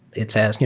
it says,